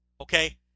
okay